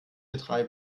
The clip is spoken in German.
drei